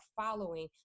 following